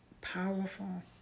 powerful